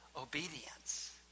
obedience